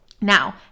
Now